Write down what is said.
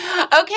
Okay